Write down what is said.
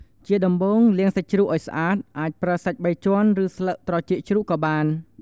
ជាដំបូង លាងសាច់ជ្រូកឲ្យស្អាត អាចប្រើសាច់បីជាន់ ឬស្លឹកត្រចៀកជ្រូកក៏បាន។